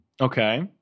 Okay